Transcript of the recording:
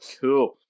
cool